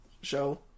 show